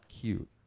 cute